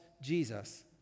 Jesus